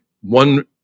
One